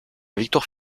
victoire